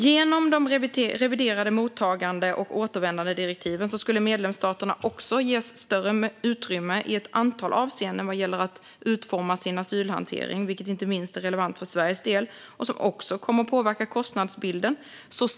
Genom de reviderade mottagande och återvändandedirektiven skulle medlemsstaterna även ges större utrymme i ett antal avseenden vad gäller att utforma sin asylhantering, vilket inte minst är relevant för Sveriges del. Det kommer också att påverka kostnadsbilden.